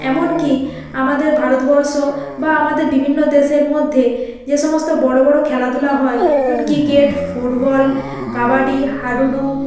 এমন কি আমাদের ভারতবর্ষ বা আমাদের বিভিন্ন দেশের মধ্যে যে সমস্ত বড়ো বড়ো খেলাধুলা হয় যেমন ক্রিকেট ফুটবল কাবাডি হাডুডু